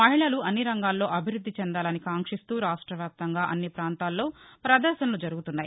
మహిళలు అన్ని రంగాల్లో అభివృద్ది చెందాలని కాంక్షిస్తూ రాష్ట్ర వ్యాప్తంగా అన్ని పాంతాల్లో ప్రదర్శనలు జరుగుతున్నాయి